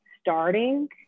starting